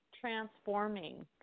transforming